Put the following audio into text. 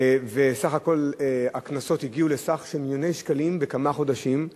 ובסך הכול הקנסות הגיעו לסך של מיליוני שקלים בכמה חודשים,